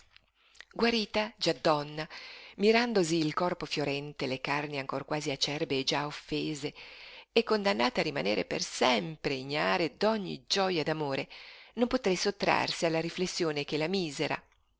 già donna mirandosi il corpo fiorente le carni ancor quasi acerbe e già offese e condannate a rimanere per sempre ignare d'ogni gioja d'amore non poté sottrarsi alla riflessione che la misera